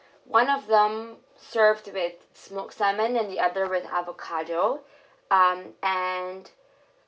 one of them served with smoked salmon and the other with avocado um and